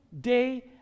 day